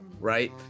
right